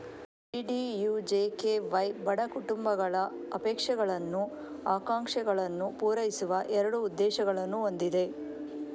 DDUJKY ಬಡ ಕುಟುಂಬಗಳ ಅಪೇಕ್ಷಗಳನ್ನು, ಆಕಾಂಕ್ಷೆಗಳನ್ನು ಪೂರೈಸುವ ಎರಡು ಉದ್ದೇಶಗಳನ್ನು ಹೊಂದಿದೆ